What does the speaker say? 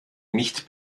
nicht